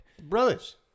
Brothers